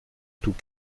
tout